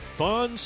fun